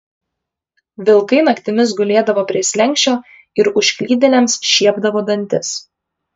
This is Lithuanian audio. vilkai naktimis gulėdavo prie slenksčio ir užklydėliams šiepdavo dantis